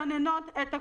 שמסננות את הקורונה.